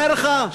אומר לך,